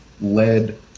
led